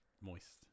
moist